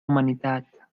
humanitat